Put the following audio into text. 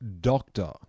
Doctor